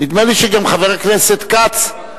נדמה לי שגם חבר הכנסת כץ,